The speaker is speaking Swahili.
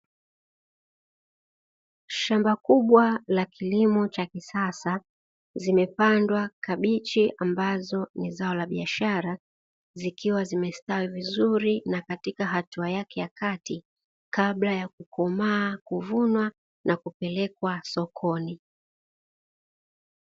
Shamba kubwa la kilimo cha kisasa zimepandwa kabichi ambazo ni zao la biashara, zikiwa zimestawi vizuri na katika hatua yake ya kati kabla ya: kukomaa, kuvunwa na kupelekwa sokoni.